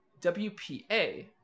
WPA